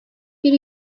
bir